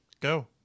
Go